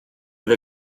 fydd